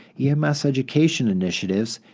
ems education initiatives,